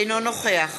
אינו נוכח